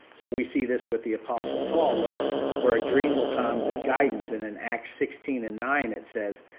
so we see this with the apostle paul, where where a dream would come with guidance and in acts sixteen and nine, it says,